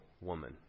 woman